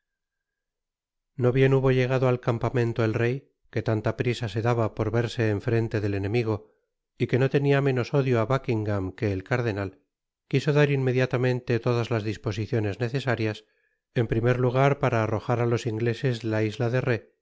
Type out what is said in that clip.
no bien hubo llegado al campamento el rey que tanta prisa se d aba por verse en frente del enemigo y que no tenia menos odio á buckingam que el cardenal quiso dar inmediatamente todas las disposiciones necesarias en primer lagar para arrojar á los ingleses de la isla de